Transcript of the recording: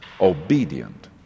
obedient